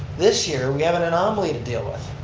this year we have an anomaly to deal with.